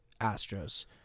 Astros